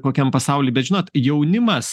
kokiam pasauly bet žinot jaunimas